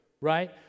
right